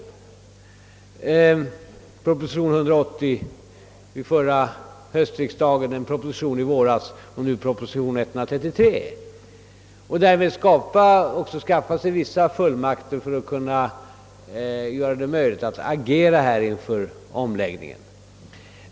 Det har skett i proposition nr 180 vid förra höstriksdagen, i en proposition i våras och nu senast i proposition 133. Därmed har man också velat skaffa sig vissa fullmakter för att få möjlighet att agera inför omläggningen.